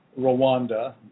Rwanda